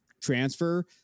transfer